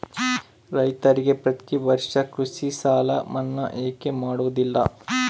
ರೈತರಿಗೆ ಪ್ರತಿ ವರ್ಷ ಕೃಷಿ ಸಾಲ ಮನ್ನಾ ಯಾಕೆ ಮಾಡೋದಿಲ್ಲ?